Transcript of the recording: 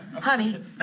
Honey